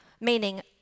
meaning